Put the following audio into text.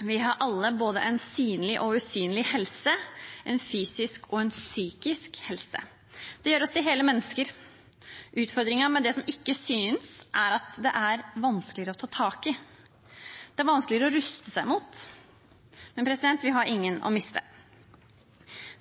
Vi har alle både en synlig og en usynlig helse, en fysisk og en psykisk helse. Det gjør oss til hele mennesker. Utfordringen med det som ikke synes, er at det er vanskelig å ta tak i. Det er vanskeligere å ruste seg mot. Men vi har ingen å miste.